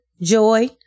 joy